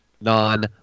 Non